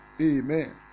Amen